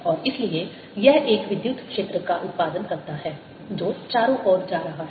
और इसलिए यह एक विद्युत क्षेत्र का उत्पादन करता है जो चारों ओर जा रहा है